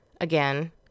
Again